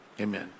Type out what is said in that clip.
Amen